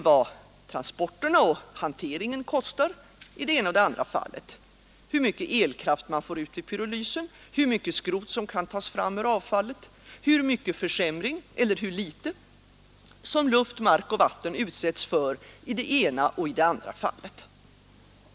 först kostar i det ena och det andra fallet, hur mycket elkraft man får ut vid pyrolysen, hur mycket skrot som kan tas fram ur avfallet, hur stor eller liten försämring luft, mark och vatten utsätts för i det ena och det andra fallet.